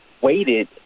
waited